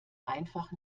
einfach